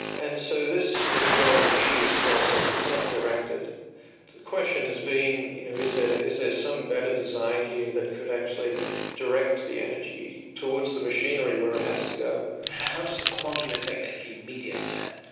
and so this is a fairly tedious process, it's not directed. the question has been you know is ah is there some better design here that could actually direct the energy towards the machinery where it has to go. how does the quantum effect actually mediate that?